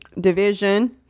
Division